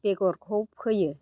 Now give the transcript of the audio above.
बेगरखौ फोयो